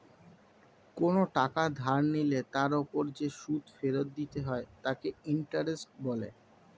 কোনো টাকা ধার নিলে তার উপর যে সুদ ফেরত দিতে হয় তাকে ইন্টারেস্ট বলে